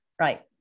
right